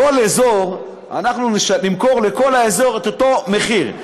כל אזור, אנחנו נמכור לכל האזור באותו מחיר.